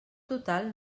total